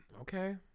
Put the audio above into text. Okay